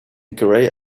grey